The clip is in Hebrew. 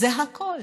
זה הכול.